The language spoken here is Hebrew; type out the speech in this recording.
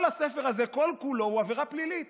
כל הספר הזה, כל-כולו הוא עבירה פלילית.